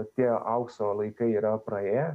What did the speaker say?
tie aukso laikai yra praėję